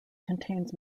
contains